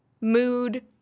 mood